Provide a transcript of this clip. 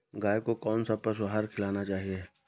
गाय को कौन सा पशु आहार खिलाना चाहिए?